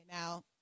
now